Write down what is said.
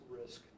risk